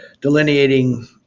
delineating